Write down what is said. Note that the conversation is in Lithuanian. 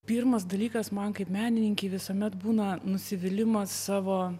pirmas dalykas man kaip menininkei visuomet būna nusivylimas savo